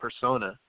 persona